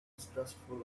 distrustful